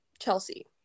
chelsea